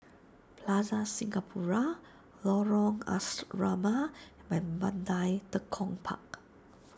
Plaza Singapura Lorong Asrama and Mandai Tekong Park